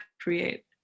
create